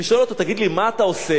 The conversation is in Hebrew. אני שואל אותו: תגיד לי, מה אתה עושה?